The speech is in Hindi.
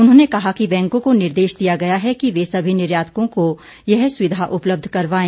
उन्होंने कहा कि बैंकों को निर्देश दिया गया है कि वे सभी निर्यातकों को यह सुविधा उपलब्ध करवाएं